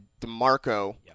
DeMarco